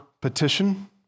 petition